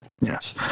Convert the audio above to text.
Yes